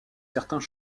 certains